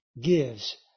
gives